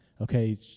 okay